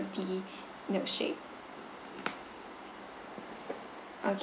~k tea milkshake ok~